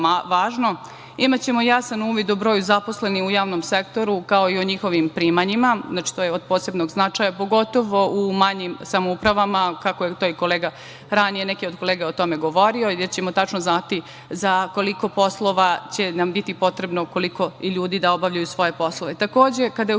Imaćemo jasan uvid u broj zaposlenih u javnom sektoru, kao i o njihovim primanjima. Znači, to je od posebnog značaja, pogotovo u manjim samoupravama, kako ranije i neko od kolega o tome govorio, gde ćemo tačno znati za koliko poslova će nam biti potrebno ljudi da obavljaju svoje poslove. Takođe, kada je